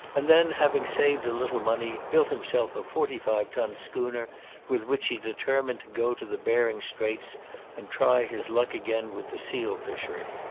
and then, having saved a little money, built himself a forty-five ton schooner with which he determined to go to the behring straits and try his luck again with the seal fishery.